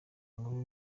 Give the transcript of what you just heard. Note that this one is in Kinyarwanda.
nkuru